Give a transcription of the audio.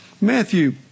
Matthew